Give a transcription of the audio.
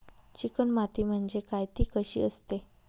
Chicken माती म्हणजे काय? ति कशी असते?